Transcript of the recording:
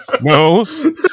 No